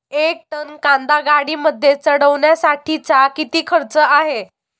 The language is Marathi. एक टन कांदा गाडीमध्ये चढवण्यासाठीचा किती खर्च आहे?